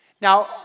Now